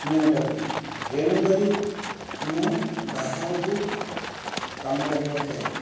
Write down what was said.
ନିଅଣ୍ଟ ହୁଏ ଏଣୁକରି ମୁଁ ବାହାରକୁ କାମ କରିବାକୁ ଯାଏ